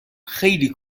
خیلی